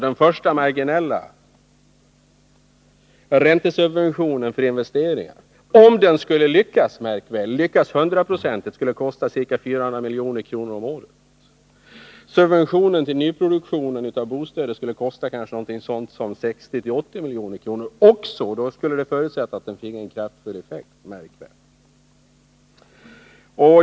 Den första marginella räntesubventionen av investeringar skulle — märk väl: om den lyckades hundraprocentigt — kosta ca 400 milj.kr. om året. Subventionen av nyproducerade bostäder skulle innebära en kostnad i storleksordningen 60-80 milj.kr. — även i detta avseende är förutsättningen att subventionen finge en kraftfull effekt.